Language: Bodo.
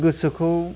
गोसोखौ